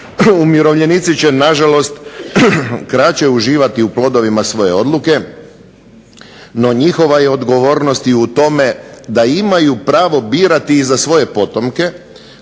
Umirovljenici će na žalost kraće uživati u plodovima svoje odluke, no njihova je odgovornost i u tome da imaju pravo birati i za svoje potomke